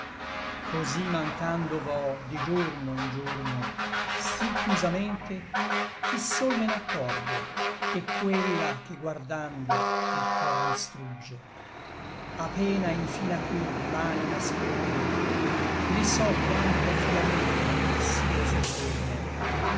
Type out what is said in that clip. cosí mancando vo di giorno in giorno sí chiusamente ch'i sol me n'accorgo et quella che guardando il cor mi strugge a pena infin a qui l'anima scorgo né so quanto fia meco il suo soggiorno